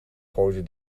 gooide